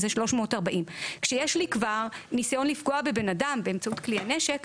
זה 340. כשיש לי כבר ניסיון לפגוע בבן אדם באמצעות כלי הנשק,